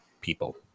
people